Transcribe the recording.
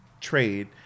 trade